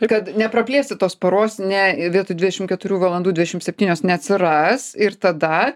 kad nepraplėsi tos paros ne vietoj dvidešim keturių valandų dvidešim septynios neatsiras ir tada